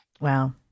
Wow